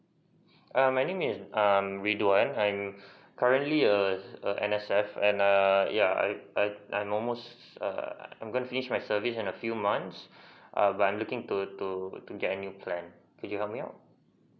err my name is err ridhwan I'm currently a a N_S_F and err yeah I I I'm almost err I'm gonna finish my service in a few months err but I'm looking to to to get a new plan could you help me out